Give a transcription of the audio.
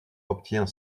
obtient